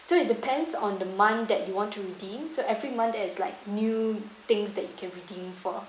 so it depends on the month that you want to redeem so every month there is like new things that you can redeem for